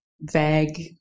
vague